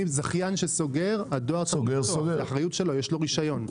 זכיין שסוגר זאת אחריות שלו, יש לו רישיון.